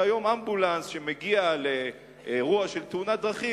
שהיום אמבולנס שמגיע לאירוע של תאונת דרכים,